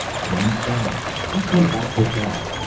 come back! you come back with that!